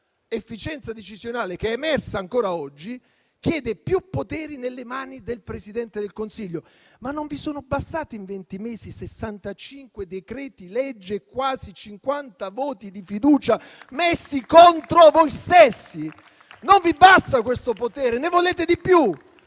efficienza decisionale (che è emersa ancora oggi), chiede più poteri nelle mani del Presidente del Consiglio. Ma non vi sono bastati, in venti mesi, 65 decreti-legge e quasi 50 voti di fiducia messi contro voi stessi? Non vi basta questo potere, ne volete di più?